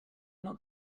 not